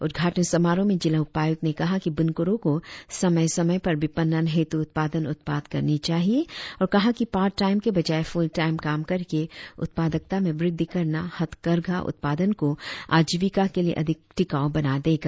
उद्घाटन समारोह में जिला उपायुक्त ने कहा कि बुनकरों को समय समय पर विपणन हेतू उत्पादन उत्पाद करनी चाहिए और कहा कि पार्ट टाइम के बजाय फुल टाईम काम करके उत्पादकता में वृद्धि करना हथकरघा उत्पादन को आजीविका के लिए अधिक टीकाऊ बना देगा